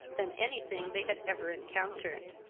than anything they had ever encountered.